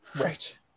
Right